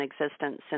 existence